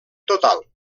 total